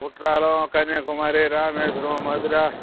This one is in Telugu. కుట్రాలం కన్యాకుమారి రామేశ్వరం మధుర